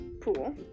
pool